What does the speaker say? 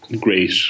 great